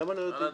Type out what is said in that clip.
למה לא יודעים?